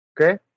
okay